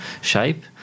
shape